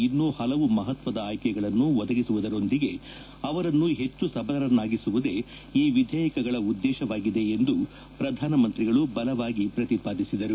ಇನ್ನೂ ಹಲವು ಮಹತ್ತದ ಆಯ್ಲೆಗಳನ್ನು ಒದಗಿಸುವುದರೊಂದಿಗೆ ಅವರನ್ನು ಹೆಚ್ಚು ಸಬಲರನ್ನಾಗಿಸುವುದೇ ಈ ವಿಧೇಯಕಗಳ ಉದ್ಗೇಶವಾಗಿದೆ ಎಂದು ಅವರು ಬಲವಾಗಿ ಪ್ರತಿಪಾದಿಸಿದರು